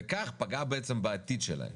וכך פגעה בעתיד שלהם.